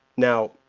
Now